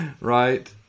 Right